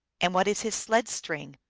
and what is his sled-string?